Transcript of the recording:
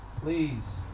please